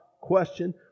question